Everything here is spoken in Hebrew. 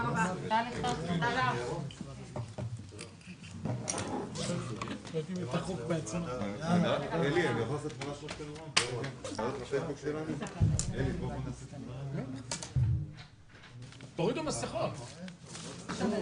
14:33.